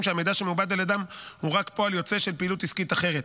שהמידע שמעובד על ידם הוא רק פועל יוצא של פעילות עסקית אחרת,